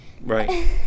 Right